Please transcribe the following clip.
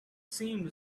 seemed